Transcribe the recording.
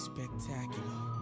Spectacular